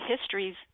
histories